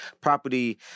property